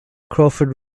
crawford